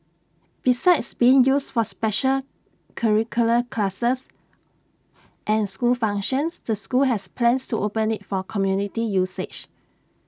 besides being used for special curricular classes and school functions the school has plans to open IT for community usage